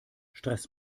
stress